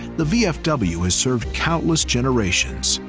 the vfw has served countless generations,